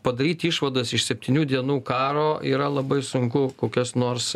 padaryt išvadas iš septynių dienų karo yra labai sunku kokias nors